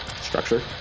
structure